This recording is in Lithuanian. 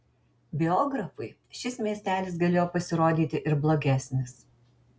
biografui šis miestelis galėjo pasirodyti ir blogesnis